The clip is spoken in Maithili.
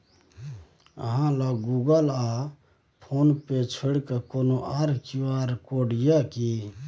अहाँ लग गुगल आ फोन पे छोड़िकए कोनो आर क्यू.आर कोड यै कि?